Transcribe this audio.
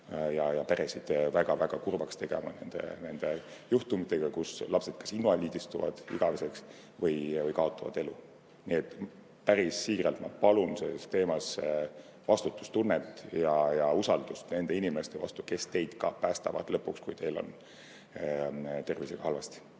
ja peresid väga kurvaks tegema nende juhtumitega, kus lapsed kas invaliidistuvad igaveseks või kaotavad elu. Nii et ma päris siiralt palun selles teemas vastutustunnet ja usaldust nende inimeste vastu, kes teid päästavad lõpuks, kui teil on tervisega halvasti.